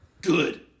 Good